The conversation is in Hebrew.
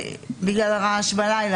בגלל הרעש בלילה.